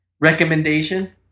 Recommendation